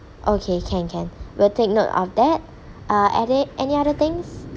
okay can can we'll take note of that uh are there any other things